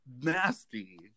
nasty